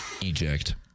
Eject